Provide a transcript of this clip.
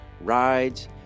rides